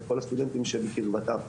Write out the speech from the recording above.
את כל הסטודנטים שבקרבתם.